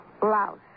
blouse